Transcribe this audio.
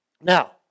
Now